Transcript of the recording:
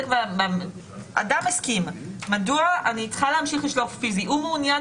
שבן אדם שמסר מען אחד, הוא יכול לאשר אותו.